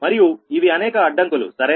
మరియు ఇవి అనేక అడ్డంకులు సరేనా